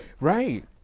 Right